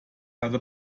hatte